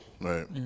Right